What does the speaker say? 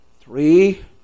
three